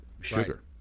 Sugar